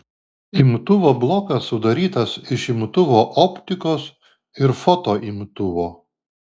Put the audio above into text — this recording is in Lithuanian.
imtuvo blokas sudarytas iš imtuvo optikos ir fotoimtuvo